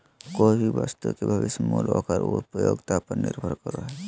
कोय भी वस्तु के भविष्य मूल्य ओकर उपयोगिता पर निर्भर करो हय